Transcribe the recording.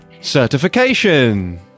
certification